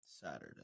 Saturday